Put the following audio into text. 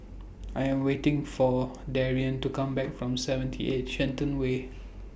I Am waiting For Darrien to Come Back from seventy eight Shenton Way